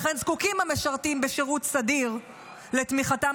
לכן זקוקים המשרתים בשירות סדיר לתמיכתם